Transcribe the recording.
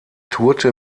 tourte